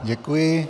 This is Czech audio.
Děkuji.